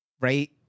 right